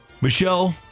Michelle